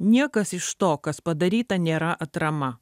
niekas iš to kas padaryta nėra atrama